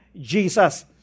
Jesus